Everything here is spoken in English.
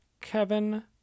Kevin